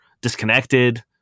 disconnected